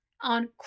On